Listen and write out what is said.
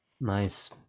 Nice